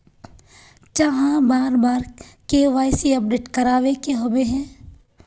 चाँह बार बार के.वाई.सी अपडेट करावे के होबे है?